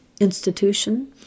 institution